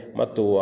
matu